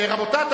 רבותי,